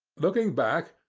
looking back,